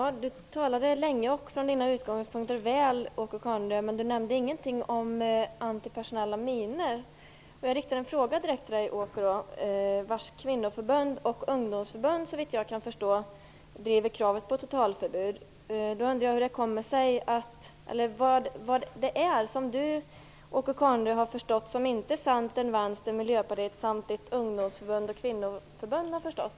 Fru talman! Åke Carnerö talade länge och från sina utgångspunkter väl, men han nämnde ingenting om antipersonella minor. Jag riktar en fråga direkt till Åke Carnerö, vars kvinnoförbund och ungdomsförbund såvitt jag kan förstå driver kravet på totalförbud. Vad är det som Åke Carnerö har förstått men som inte Centern, Vänstern, Miljöpartiet samt hans ungdomsförbund och kvinnoförbund har förstått?